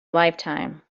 lifetime